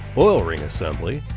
oil ring assemble,